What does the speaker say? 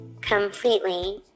completely